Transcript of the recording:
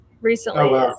recently